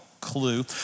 clue